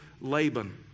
Laban